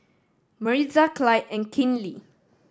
Maritza Clyde and Kinley